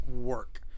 work